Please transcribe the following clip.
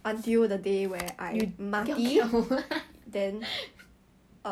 the camera quality all that is very 明显 no it's not like